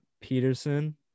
Peterson